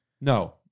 no